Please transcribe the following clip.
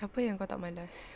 apa yang kau tak malas